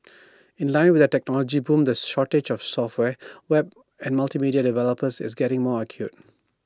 in line with the technology boom the shortage of software web and multimedia developers is getting more acute